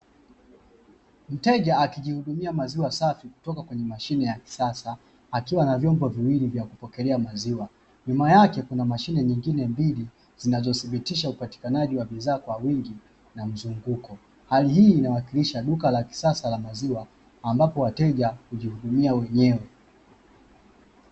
Mteja akijihudumia maziwa safi kutoka kwenye mashine ya kisasa, akiwa na vyombo viwili vya kupokelea maziwa. Nyuma yake kuna mashine nyingine mbili zinazothibitisha upatikanaji wa bidhaa kwa wingi na mzunguko. Hali hii inawakilisha duka la kisasa la maziwa ambapo wateja hujihudumia wenyewe.